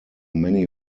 many